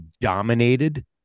dominated